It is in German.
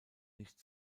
nicht